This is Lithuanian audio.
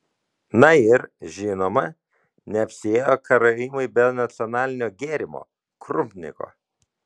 na ir žinoma neapsiėjo karaimai be nacionalinio gėrimo krupniko